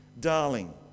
darling